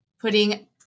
putting